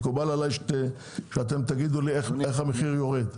מקובל עליי שאתם תגידו לי איך המחיר יורד.